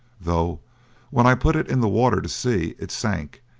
though when i put it in the water to see, it sank,